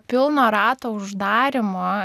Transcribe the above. pilno rato uždarymo